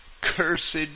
cursed